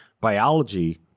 biology